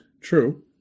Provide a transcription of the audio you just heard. True